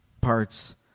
parts